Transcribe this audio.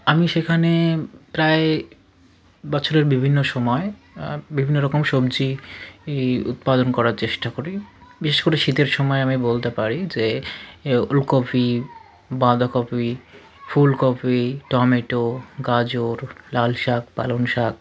আমি সেখানে প্রায় বছরের বিভিন্ন সময় বিভিন্ন রকম সবজি উৎপাদন করার চেষ্টা করি বিশেষ করে শীতের সময় আমি বলতে পারি যে এ ওলকপি বাঁধাকপি ফুলকপি টমেটো গাজর লাল শাক পালং শাক